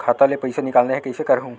खाता ले पईसा निकालना हे, कइसे करहूं?